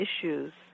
issues